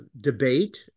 debate